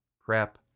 prep